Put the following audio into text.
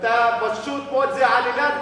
זו פשוט עלילת דם.